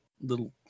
little